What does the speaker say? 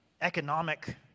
economic